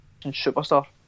superstar